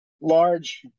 large